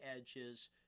edges